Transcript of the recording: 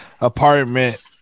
apartment